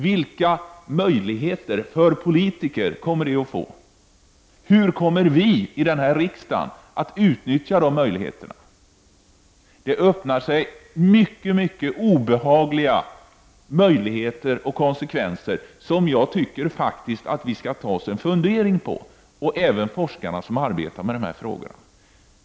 Vilka möjligheter kommer det att ge för politiker? Hur kommer vi i denna riksdag att uttnyttja dessa möjligheter? Det öppnar sig mycket obehagliga möjligheter och konsekvenser, som jag faktiskt tycker att vi skall ta oss en funderare över. Det gäller även forskarna som arbetar med dessa frågor.